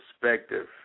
Perspective